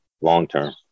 long-term